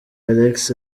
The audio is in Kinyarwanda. alex